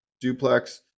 duplex